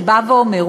שבא ואומר,